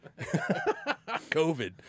COVID